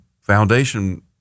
foundation